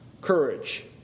courage